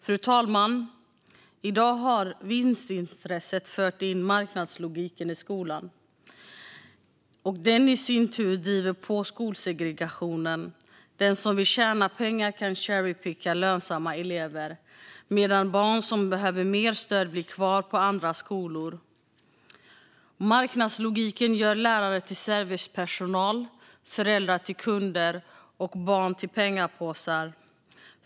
Fru talman! I dag har vinstintresset fört in marknadslogiken i skolan. Den driver i sin tur på skolsegregationen. Den som vill tjäna pengar kan "cherry-picka" lönsamma elever, medan barn som behöver mer stöd blir kvar på andra skolor. Marknadslogiken gör lärare till servicepersonal, föräldrar till kunder och barn till pengapåsar.